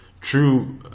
true